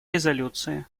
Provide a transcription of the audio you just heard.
резолюции